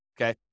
Okay